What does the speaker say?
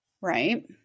right